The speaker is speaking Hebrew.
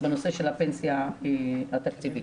בנושא של הפנסיה התקציבית.